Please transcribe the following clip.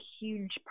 huge